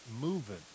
moving